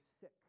sick